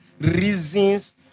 reasons